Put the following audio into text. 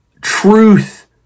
truth